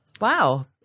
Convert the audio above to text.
Wow